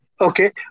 Okay